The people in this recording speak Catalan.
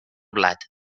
blat